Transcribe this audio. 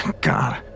God